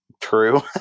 true